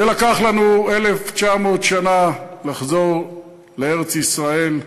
לקח לנו 1,900 שנה לחזור לארץ-ישראל,